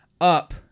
up